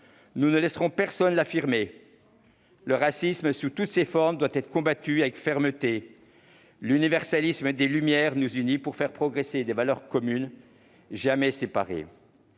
nous ne laisserons personne affirmer cela. Le racisme, sous toutes ses formes, doit être combattu avec fermeté. L'universalisme des Lumières nous unit pour faire progresser des valeurs communes, jamais séparées.